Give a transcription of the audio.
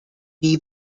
see